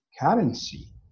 currency